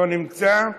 לא נמצא,